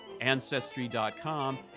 Ancestry.com